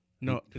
No